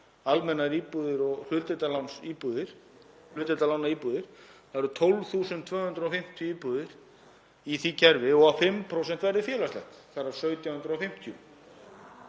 almennar íbúðir og hlutdeildarlánsíbúðir, það eru 12.250 íbúðir í því kerfi, og að 5% verði félagslegar, þ.e. 1.750.